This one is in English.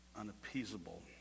unappeasable